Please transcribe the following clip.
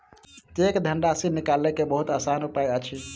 cheque धनराशि निकालय के बहुत आसान उपाय अछि